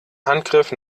handgriff